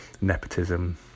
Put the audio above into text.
nepotism